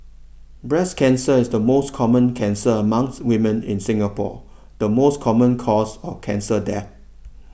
breast cancer is the most common cancer among women in Singapore the most common cause of cancer death